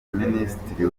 minisitiri